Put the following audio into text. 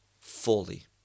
fully